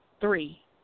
Three